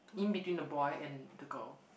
in between the boy and the girl